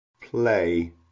Play